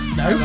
no